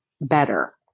better